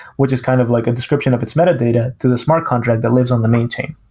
which is kind of like a description of its metadata to the smart contract that lives on the main chain.